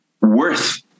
worth